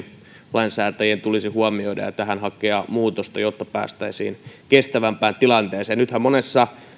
lainsäätäjien tulisi huomioida ja tähän hakea muutosta jotta päästäisiin kestävämpään tilanteeseen nythän monessa